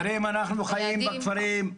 חברים אנחנו חיים בכפרים,